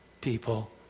people